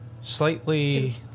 slightly